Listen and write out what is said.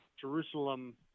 Jerusalem